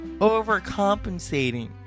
overcompensating